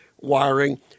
wiring